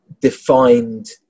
defined